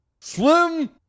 Slim